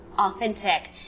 authentic